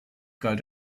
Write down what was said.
galt